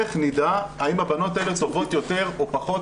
איך נדע האם הבנות האלה טובות יותר או פחות מאחרים?